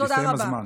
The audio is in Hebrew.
הסתיים הזמן.